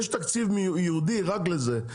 יש תקציב ייעודי רק לזה,